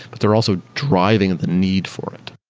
but they're also driving the need for it